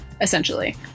essentially